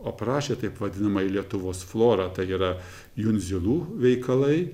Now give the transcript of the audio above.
aprašė taip vadinamąjį lietuvos florą tai yra jundzilų veikalai